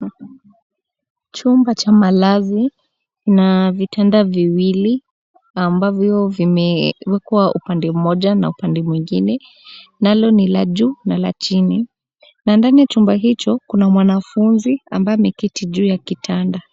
Chumba cha malazi kina vitanda viwili ambavyo vimewekwa upande mmoja na upande mwingine, nalo ni la juu na la chini na ndani ya chumba hicho kuna mwanafunzi ambaye ameketi juu ya kitanda.